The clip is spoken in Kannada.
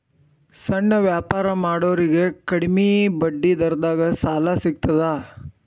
ಸಣ್ಣ ವ್ಯಾಪಾರ ಮಾಡೋರಿಗೆ ಕಡಿಮಿ ಬಡ್ಡಿ ದರದಾಗ್ ಸಾಲಾ ಸಿಗ್ತದಾ?